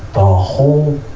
ah whole